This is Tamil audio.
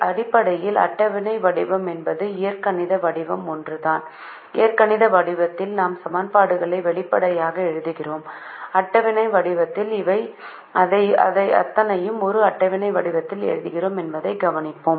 அடிப்படையில் அட்டவணை வடிவம் மற்றும் இயற்கணித வடிவம் ஒன்றுதான் இயற்கணித வடிவத்தில் நாம் சமன்பாடுகளை வெளிப்படையாக எழுதுகிறோம் அட்டவணை வடிவத்தில் இவை அனைத்தையும் ஒரு அட்டவணை வடிவத்தில் எழுதுகிறோம் என்பதைக் கவனிப்போம்